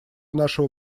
нашего